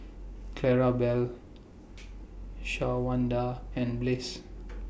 Clarabelle Shawanda and Bliss